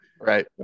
Right